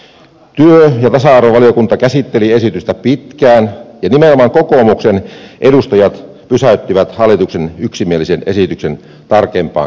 työ ja tasa arvovaliokunta käsitteli esitystä pitkään ja nimenomaan kokoomuksen edustajat pysäyttivät hallituksen yksimielisen esityksen tarkempaan käsittelyyn